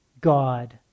God